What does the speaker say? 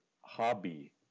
hobby